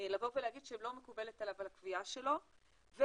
להגיד שלא מקובלת עליהם הקביעה שלו ואז